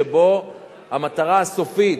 שבה המטרה הסופית,